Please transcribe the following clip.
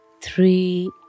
three